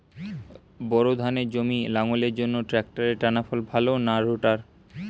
Bore ধানের জমি লাঙ্গলের জন্য ট্রাকটারের টানাফাল ভালো না রোটার?